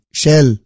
Shell